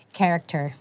character